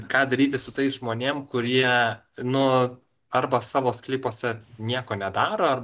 ką daryti su tais žmonėm kurie nu arba savo sklypuose nieko nedaro